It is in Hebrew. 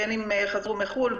בין אם חזרו מחו"ל,